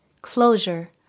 Closure